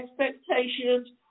expectations